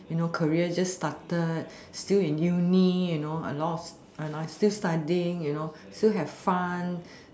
you know career just started still in uni you know I lost and I still studying you know still have fun